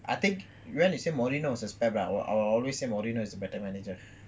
I think when you say mourinho I will say mourinho is a better manager